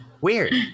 weird